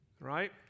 Right